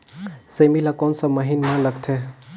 सेमी ला कोन सा महीन मां लगथे?